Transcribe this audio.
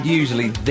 usually